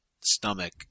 stomach